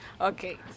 Okay